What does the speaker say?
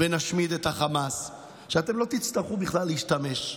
ונשמיד את החמאס, שאתם לא תצטרכו להשתמש בכלל.